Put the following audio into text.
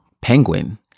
Penguin